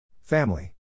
Family